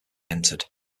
entered